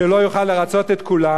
והוא לא יוכל לרצות את כולם,